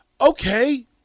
Okay